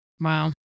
Wow